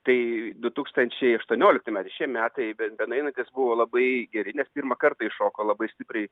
tai du tūkstančiai aštuoniolikti metai šie metai be benueinantys buvo labai geri nes pirmą kartą iššoko labai stipriai